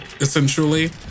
essentially